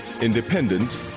independent